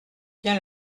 bien